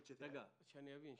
שאני אבין: